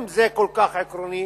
אם זה כל כך עקרוני